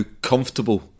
comfortable